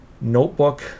notebook